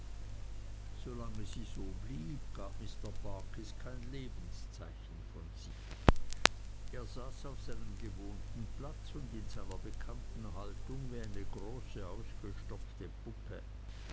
lange sie so blieb gab mr barkis kein lebenszeichen von sich er saß auf seinem gewohnten platz und in seiner bekannten haltung wie eine große ausgestopfte puppe